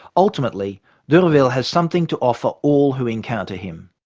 ultimately d'urville has something to offer all who encounter him.